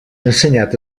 ensenyat